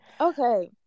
Okay